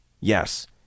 Yes